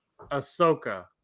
Ahsoka